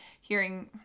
hearing